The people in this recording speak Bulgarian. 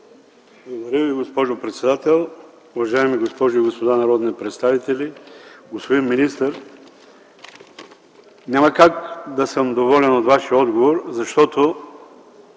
уважаема госпожо председател. Уважаеми дами и господа народни представители, господин министър! Няма как да бъда доволен от Вашия отговор, защото